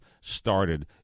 started